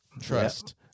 Trust